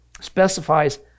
specifies